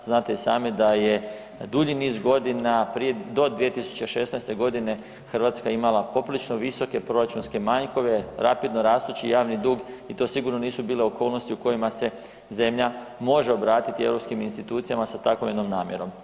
Znate i sami da je dulji niz godina, prije, do 2016.g. Hrvatska imala poprilično visoke proračunske manjkove, rapidno rastući javni dug i to sigurno nisu bile okolnosti u kojima se zemlja može obratiti europskim institucijama sa tako jednom namjerom.